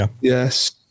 Yes